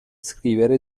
scrivere